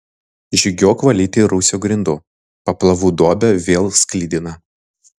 žygiuok valyti rūsio grindų paplavų duobė vėl sklidina